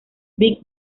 big